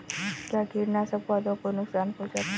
क्या कीटनाशक पौधों को नुकसान पहुँचाते हैं?